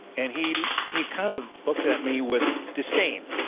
and he he kind of looked at me with disdain,